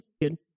good